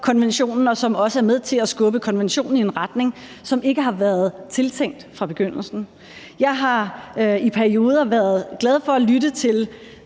konventionen, og som også er med til at skubbe konventionen i en retning, som ikke har været tiltænkt fra begyndelsen. Jeg har i perioder været glad for at lytte til